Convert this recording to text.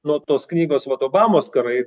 nuo tos knygos vat obamos karai